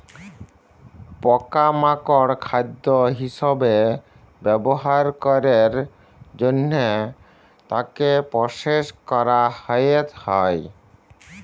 পকা মাকড় খাদ্য হিসবে ব্যবহার ক্যরের জনহে তাকে প্রসেস ক্যরা হ্যয়ে হয়